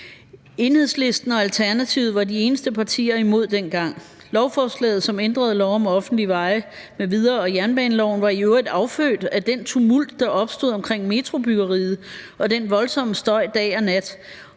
Enhedslisten og Alternativet var de eneste partier, der var imod dengang. Lovforslaget, som ændrede lov om offentlige veje m.v. og jernbaneloven, var i øvrigt affødt af den tumult, der opstod omkring metrobyggeriet, og den voldsomme støj dag og nat,